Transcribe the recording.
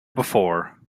before